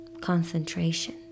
concentration